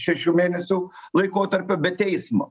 šešių mėnesių laikotarpio be teismo